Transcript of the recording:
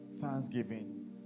thanksgiving